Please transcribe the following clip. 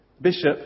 Bishop